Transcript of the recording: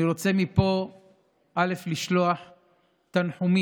אני רוצה מפה לשלוח תנחומים